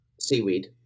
seaweed